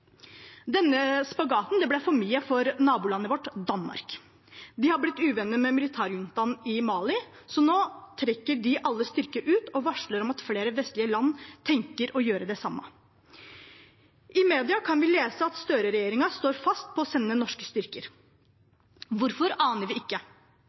Denne spagaten ble for mye for nabolandet vårt Danmark. De har blitt uvenner med militærjuntaen i Mali, så nå trekker de alle styrker ut og varsler om at flere vestlige land tenker å gjøre det samme. I media kan vi lese at Støre-regjeringen står fast på å sende norske